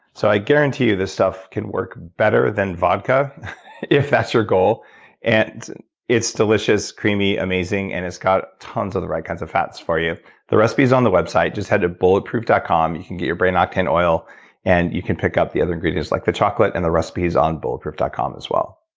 so i guarantee you this stuff can work better than vodka if that's your goal and it's delicious, creamy, amazing, and it's got tons of the right kinds of fats for you the recipe is on the website, just head to bulletproof dot com. you can get your brain octane oil and you can pick up the other ingredients like the chocolate and the recipe is on bulletproof dot com as well